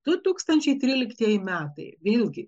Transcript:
du tūkstančiai tryliktieji metai vėlgi